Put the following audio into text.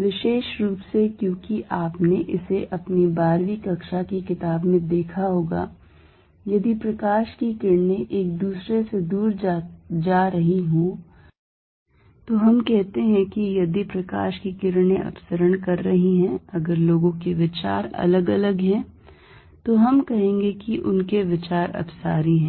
विशेष रूप से क्योंकि आपने इसे अपनी 12 वीं कक्षा की किताब में देखा होगा यदि प्रकाश की किरणें एक दूसरे से दूर जा रही हों तो हम कहते हैं कि यदि प्रकाश की किरणें अपसरण कर रही हैं अगर लोगों के विचार अलग अलग हैं तो हम कहेंगे कि उनके विचार अपसारी हैं